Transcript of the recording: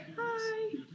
Hi